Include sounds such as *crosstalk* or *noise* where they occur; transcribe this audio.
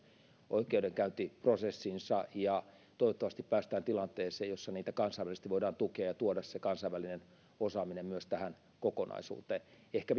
oikeudenkäyntiprosessinsa toivottavasti päästään tilanteeseen jossa niitä voidaan tukea kansainvälisesti ja tuoda kansainvälinen osaaminen myös tähän kokonaisuuteen ehkä *unintelligible*